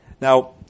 Now